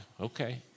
Okay